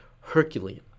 herculean